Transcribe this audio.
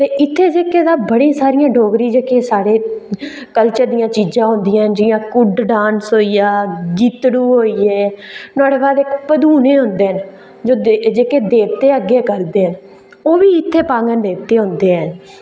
इत्थै जेह्के दा बड़ी सारियां डोगरी कल्चर दियां चीजां होंदियां न जि'यां कुड्ड डांस होई गेआ गीतड़ू होई गे नुआढ़े बाद पदूने होंदे न जेह्के देवते अग्गै करदे न ते ओह् बी इत्थै पांगङ देवते होंदे न